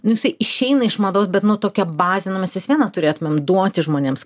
nu jisai išeina iš mados bet nu tokią bazę nu mes vis vieną turėtumėm duoti žmonėms